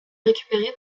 récupéré